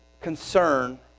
concern